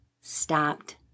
stopped